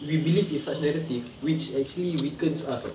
we believe it's such negative which actually weakens us [tau]